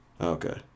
Okay